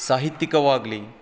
ಸಾಹಿತ್ಯಕವಾಗ್ಲಿ